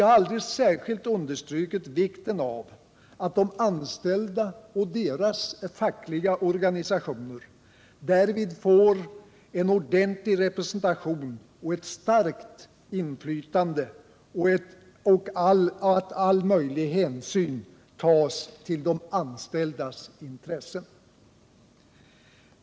Alldeles särskilt har vi understrukit vikten av att de anställda och deras fackliga organisationer därvid får en ordentlig representation och ett starkt inflytande samt att all möjlig hänsyn tas till de anställdas intressen.